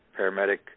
paramedic